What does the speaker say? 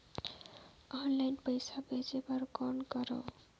Online पईसा भेजे बर कौन करव?